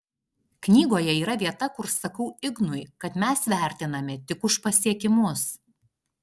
knygoje yra vieta kur sakau ignui kad mes vertinami tik už pasiekimus